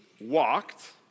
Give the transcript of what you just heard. walked